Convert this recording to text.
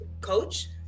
coach